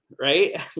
Right